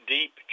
Deep